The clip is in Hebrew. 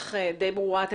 מהשטח די ברורה.